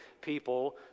people